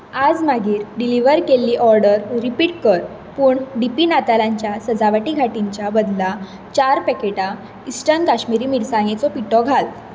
आज मागीर डिलिव्हर केल्ली ऑर्डर रिपीट कर पूण डी पी नातालांच्या सजावटी घांटींच्या बदला चार पॅकेटां ईस्टर्न काश्मीरी मिरसांगेचो पिठो घाल